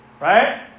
Right